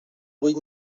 vuit